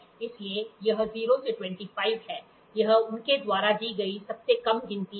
इसलिए यहां यह 0 से 25 है यह उनके द्वारा दी गई सबसे कम गिनती है